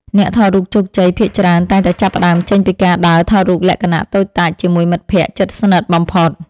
អ្នកថតរូបជោគជ័យភាគច្រើនតែងតែចាប់ផ្តើមចេញពីការដើរថតរូបលក្ខណៈតូចតាចជាមួយមិត្តភក្តិជិតស្និទ្ធបំផុត។